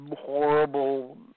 horrible